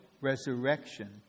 resurrection